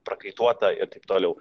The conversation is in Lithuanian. prakaituotą ir taip toliau